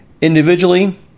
Individually